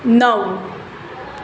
નવ